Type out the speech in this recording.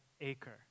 Acre